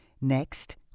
next